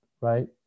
right